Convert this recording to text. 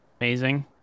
amazing